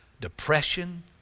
depression